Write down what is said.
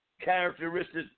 characteristics